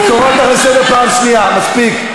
אני קורא אותך לסדר פעם שנייה, מספיק.